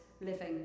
living